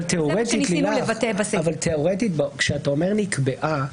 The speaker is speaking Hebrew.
אבל כאשר אתה אומר נקבעה,